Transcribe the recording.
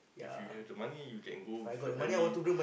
if you have the money you can go with your family